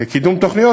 קידום תוכניות.